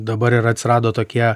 dabar ir atsirado tokie